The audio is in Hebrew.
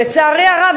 לצערי הרב,